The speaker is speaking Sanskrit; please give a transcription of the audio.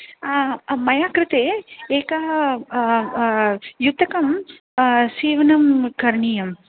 मया कृते एकः युतकं सीवनं करणीयं